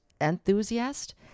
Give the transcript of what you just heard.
enthusiast